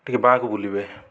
ଟିକେ ବାଁକୁ ବୁଲିବେ